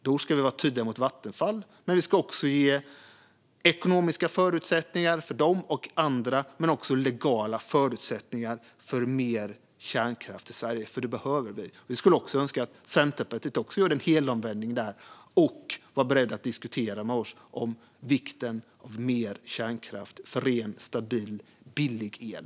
Vi ska vara tydliga mot Vattenfall men också ge både dem och andra ekonomiska och legala förutsättningar för mer kärnkraft i Sverige, för det behöver Sverige. Vi skulle önska att Centerpartiet gjorde en helomvändning och var beredda att diskutera med oss om vikten av mer kärnkraft för ren, stabil och billig el.